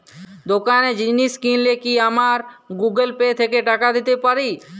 দোকানে জিনিস কিনলে কি আমার গুগল পে থেকে টাকা দিতে পারি?